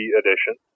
edition